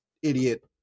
idiot